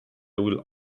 will